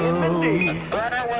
and mindy and